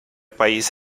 país